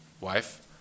wife